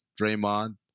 Draymond